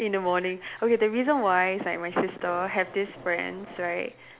in the morning okay the reason why is like my sister have these friends right